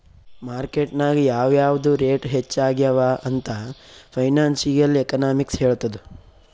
market ನಾಗ್ ಯಾವ್ ಯಾವ್ದು ರೇಟ್ ಹೆಚ್ಚ ಆಗ್ಯವ ಅಂತ್ ಫೈನಾನ್ಸಿಯಲ್ ಎಕನಾಮಿಕ್ಸ್ ಹೆಳ್ತುದ್